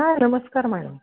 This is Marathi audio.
हा नमस्कार मॅडम